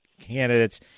candidates